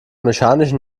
mechanischen